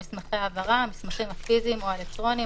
""מסמכי העברה" המסמכים הפיזיים או האלקטרוניים